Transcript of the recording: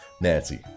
Nancy